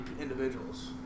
individuals